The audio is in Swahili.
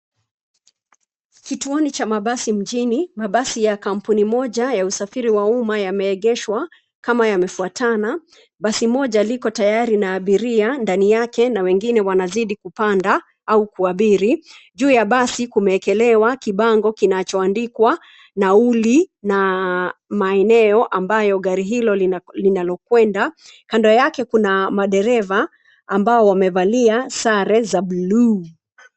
Kituoni cha mabasi mjini, mabasi ya kampuni moja ya usafiri wa umma yameegeshwa kama yamefuatana. Basi moja liko tayari na abiria ndani yake na wengine wanazidi kupanda au kuabiri. Juu ya basi kumeekelewa kibango kinachoandikwa nauli na maeneo ambayo gari hilo linalokwenda. Kando yake kuna madereva ambao wamevalia sare za blue .